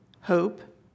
Hope